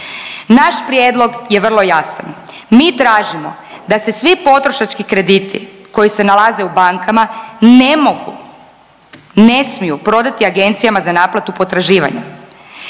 Naš prijedlog je vrlo jasan, mi tražimo da se svi potrošački krediti koji se nalaze u bankama ne mogu, ne smiju prodati agencijama za naplatu potraživanja.